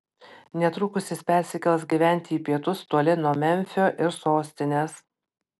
netrukus jis persikels gyventi į pietus toli nuo memfio ir sostinės